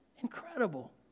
Incredible